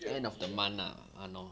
月底 ah